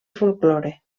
folklore